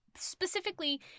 specifically